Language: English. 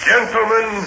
Gentlemen